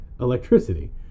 electricity